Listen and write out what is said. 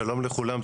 שלום לכולם.